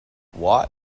watt